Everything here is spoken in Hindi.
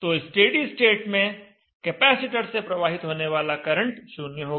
तो स्टेडी स्टेट में कैपेसिटर से प्रवाहित होने वाला करंट शून्य होगा